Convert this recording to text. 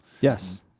Yes